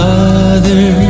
Mother